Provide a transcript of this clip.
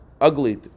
ugly